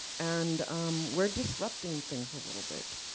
and we're disrupting things a little bit.